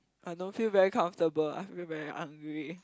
I don't feel very comfortable I feel very hungry